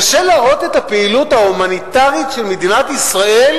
קשה להראות את הפעילות ההומניטרית של מדינת ישראל